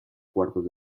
cuartos